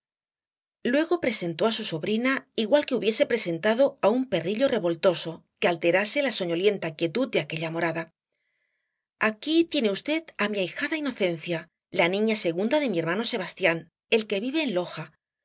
luego presentó á su sobrina igual que hubiese presentado á un perrillo revoltoso que alterase la soñolienta quietud de aquella morada aquí tiene v á mi ahijada inocencia la niña segunda de mi hermano sebastián el que vive en loja